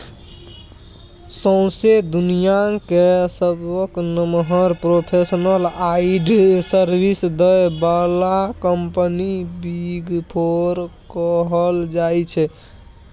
सौंसे दुनियाँक सबसँ नमहर प्रोफेसनल आडिट सर्विस दय बला कंपनी बिग फोर कहल जाइ छै